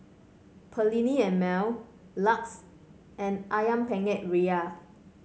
Perllini and Mel Lux and ayam Penyet Ria